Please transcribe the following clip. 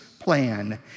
plan